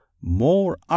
more